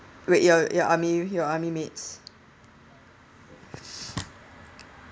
wait your your army your army mates